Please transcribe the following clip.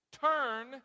Turn